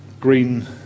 Green